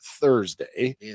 Thursday